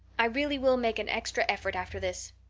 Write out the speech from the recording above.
i really will make an extra effort after this.